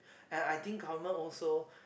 and I think government also